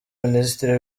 minisitiri